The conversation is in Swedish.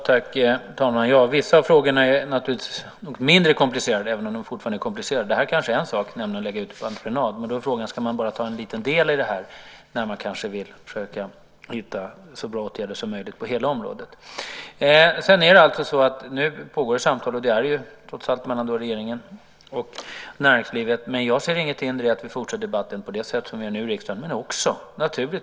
Herr talman! Vissa av frågorna är nog mindre komplicerade, även om de fortfarande är komplicerade. En sådan sak är kanske att lägga ut det på entreprenad. Frågan är då om man bara ska ta en liten del när man kanske vill försöka hitta så bra åtgärder som möjligt på hela området. Nu pågår trots allt samtal mellan regeringen och näringslivet. Men jag ser inget hinder i att vi fortsätter debatten på det sätt vi nu gör i riksdagen.